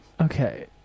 Okay